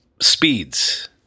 speeds